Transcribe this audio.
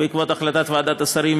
בעקבות החלטת ועדת השרים,